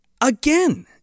again